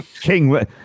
King